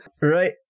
Right